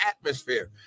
atmosphere